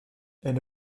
elle